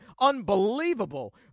Unbelievable